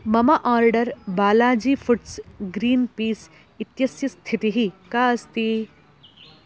मम order Balaji foods green peas इत्यस्य स्थितिः का अस्ति